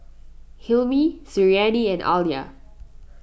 Hilmi Suriani and Alya